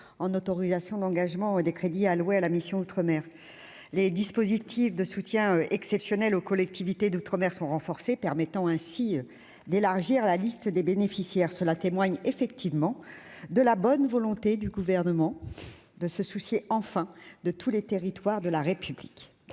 en autorisations d'engagement des crédits alloués à la mission « Outre-mer ». Les dispositifs de soutien exceptionnel aux collectivités d'outre-mer sont renforcés, ce qui permet d'élargir la liste des bénéficiaires. Cela témoigne de la bonne volonté du Gouvernement de se soucier- enfin -de tous les territoires de la République.